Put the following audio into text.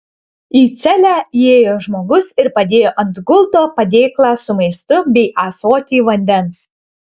į celę įėjo žmogus ir padėjo ant gulto padėklą su maistu bei ąsotį vandens